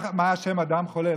מה אשם החולה?